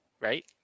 right